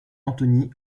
anthony